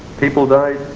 people died,